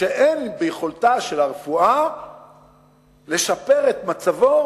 שאין ביכולתה של הרפואה לשפר את מצבו